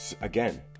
again